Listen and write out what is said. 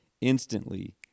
instantly